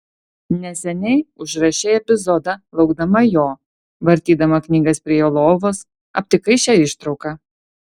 neseniai užrašei epizodą laukdama jo vartydama knygas prie jo lovos aptikai šią ištrauką